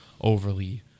overly